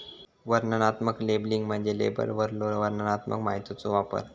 वर्णनात्मक लेबलिंग म्हणजे लेबलवरलो वर्णनात्मक माहितीचो वापर